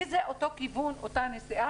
כי זה אותו כיוון ואותה נסיעה,